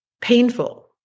painful